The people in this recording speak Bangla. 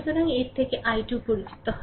সুতরাং এই থেকে i2 পরিচিত হয়